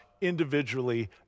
individually